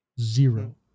Zero